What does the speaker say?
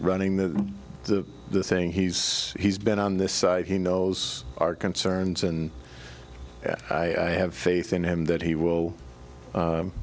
running the the the thing he's he's been on this side he knows our concerns and i have faith in him that he will